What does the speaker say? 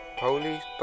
police